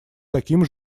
таким